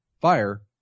fire